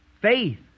faith